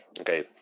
Okay